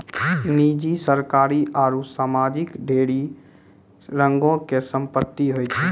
निजी, सरकारी आरु समाजिक ढेरी रंगो के संपत्ति होय छै